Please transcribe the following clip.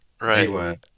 right